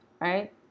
right